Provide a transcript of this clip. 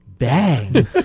Bang